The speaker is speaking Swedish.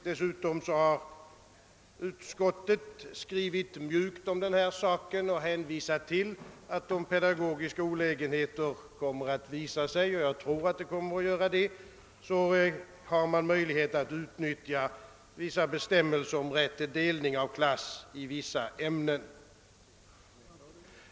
Dessutom har «utskottet = skrivit »mjukt» i den här frågan och hänvisat till att det finns möjligheter till utnyttjande av vissa bestämmelser om rätt till delning av klass i vissa ämnen, om pe dagogiska olägenheter med det nu föreslagna elevantalet skulle uppstå, vilket jag för min del tror blir fallet.